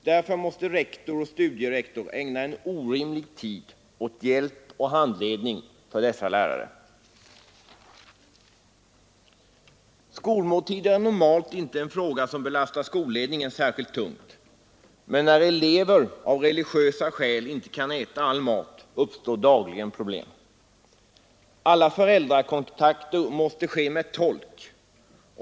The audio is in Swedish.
Därför måste rektor och studierektor ägna en orimlig tid till hjälp och handledning åt dessa lärare. Skolmåltider är normalt inte en fråga som belastar skolledningen, men när elever av religiösa skäl inte kan äta all mat, uppstår dagliga problem. Alla föräldrakontakter måste ske med tolk.